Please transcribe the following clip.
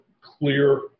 clear